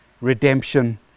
Redemption